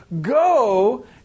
Go